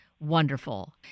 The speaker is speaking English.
Wonderful